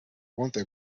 ponte